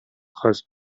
خواست